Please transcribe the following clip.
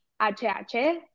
HH